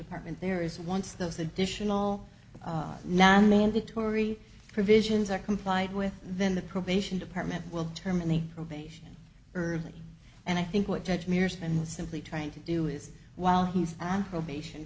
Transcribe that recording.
department there is once those additional non mandatory provisions are complied with then the probation department will terminate probation early and i think what judge mears and the simply trying to do is while he's on probation